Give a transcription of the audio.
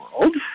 world